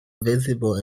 visible